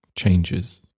changes